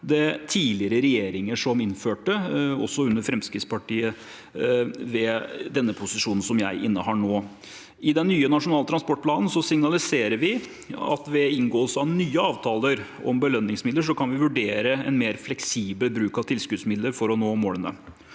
det tidligere regjeringer som innførte, også med Fremskrittspartiet i den posisjonen som jeg innehar nå. I den nye nasjonale transportplanen signaliserer vi at ved inngåelse av nye avtaler om belønningsmidler, kan vi vurdere en mer fleksibel bruk av tilskuddsmidler for å nå målene.